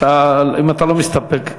אם אתה לא מסתפק,